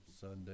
Sunday